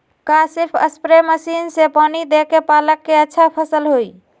का सिर्फ spray machine से पानी देके पालक के अच्छा फसल होई?